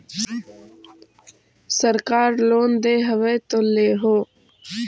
सरकार लोन दे हबै तो ले हो?